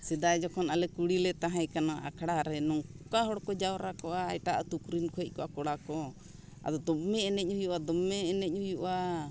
ᱥᱮᱫᱟᱭ ᱡᱚᱠᱷᱚᱱ ᱟᱞᱮ ᱠᱩᱲᱤ ᱞᱮ ᱛᱟᱦᱮᱸ ᱠᱟᱱᱟ ᱟᱠᱷᱲᱟ ᱨᱮ ᱱᱚᱝᱠᱟ ᱦᱚᱲ ᱠᱚ ᱡᱟᱣᱨᱟ ᱠᱚᱜᱼᱟ ᱮᱴᱟᱜ ᱟᱛᱳ ᱠᱚᱨᱮ ᱠᱷᱚᱡ ᱦᱮᱡ ᱠᱚᱜᱼᱟ ᱠᱚᱲᱟ ᱠᱚᱦᱚᱸ ᱟᱫᱚ ᱫᱚᱢᱮ ᱮᱱᱮᱡ ᱦᱩᱭᱩᱜᱼᱟ ᱫᱚᱢᱮ ᱮᱱᱮᱡ ᱦᱩᱭᱩᱜᱼᱟ